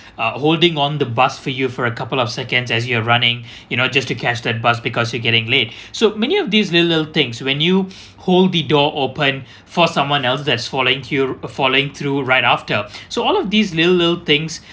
uh holding on the bus for you for a couple of seconds as you are running you know just to catch the bus because you're getting late so many of these little little things when you hold the door open for someone else that's following throu~ following through right after so all of these little little things